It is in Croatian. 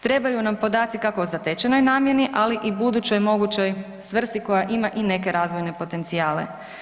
Trebaju nam podaci kako o zatečenoj namjeni ali i budućoj mogućoj svrsi koja ima i neke razvojne potencijale.